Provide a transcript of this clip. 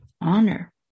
honor